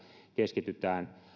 keskitytään